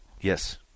Yes